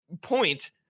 point